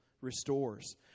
restores